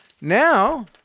now